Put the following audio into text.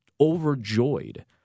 Overjoyed